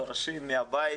שורשים מהבית.